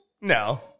No